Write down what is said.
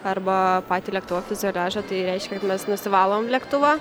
arba patį lėktuvo fiuzeliažą tai reiškia kad mes nusivalom lėktuvą